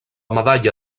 medalla